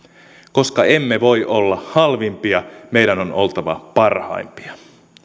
koska emme voi olla halvimpia meidän on oltava parhaimpia